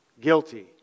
guilty